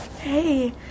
hey